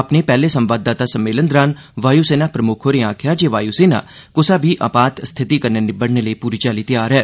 अपने पैहले संवाददाता सम्मेलन दौरान वायु सेना प्रमुक्ख होरें आखेआ जे वायु सेना कुसा बी आपात स्थिति कन्नै निब्बड़ने लेई पूरी चाल्ली तैयार ऐ